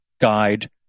Guide